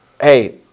hey